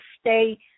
stay